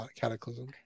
cataclysm